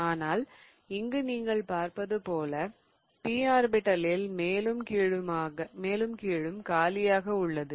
ஆனால் இங்கு நீங்கள் பார்ப்பது போல் p ஆர்பிடலில் மேலும் கீழும் காலியாக உள்ளது